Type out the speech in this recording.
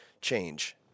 change